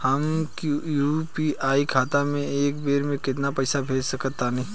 हम यू.पी.आई खाता से एक बेर म केतना पइसा भेज सकऽ तानि?